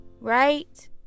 right